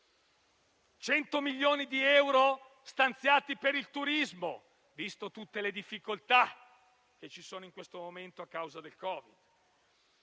100 milioni di euro stanziati per il turismo, viste tutte le difficoltà di questo momento a causa del Covid,